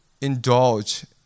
indulge